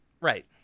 Right